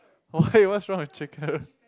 why what's wrong with chicken